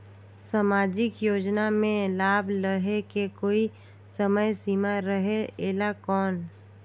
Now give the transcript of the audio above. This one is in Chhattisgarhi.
समाजिक योजना मे लाभ लहे के कोई समय सीमा रहे एला कौन?